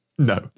No